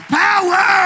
power